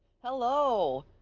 hello!